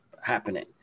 happening